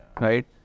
right